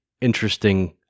interesting